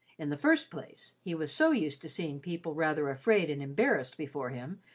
in the first place, he was so used to seeing people rather afraid and embarrassed before him,